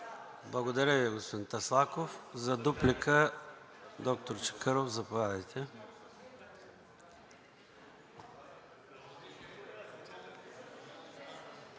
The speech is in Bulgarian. Благодаря Ви, господин Таслаков. За дуплика? Доктор Чакъров, заповядайте.